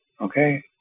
okay